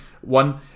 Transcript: One